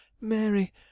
mary